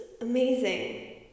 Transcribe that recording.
amazing